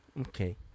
Okay